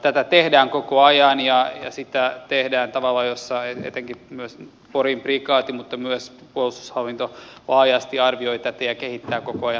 tätä tehdään koko ajan ja sitä tehdään tavalla jossa etenkin porin prikaati mutta myös puolustushallinto laajasti arvioi tätä ja kehittää koko ajan toimintaa